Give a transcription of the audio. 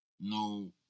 No